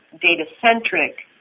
data-centric